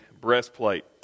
breastplate